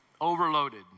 Overloaded